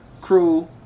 crew